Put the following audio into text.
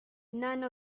none